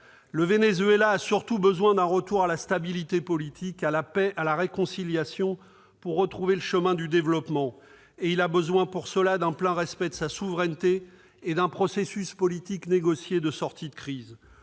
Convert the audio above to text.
Le Venezuela a surtout besoin d'un retour à la stabilité politique, à la paix, à la réconciliation pour retrouver le chemin du développement. Et il a besoin pour cela d'un plein respect de sa souveraineté et d'un processus politique négocié de sortie de crise.